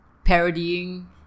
parodying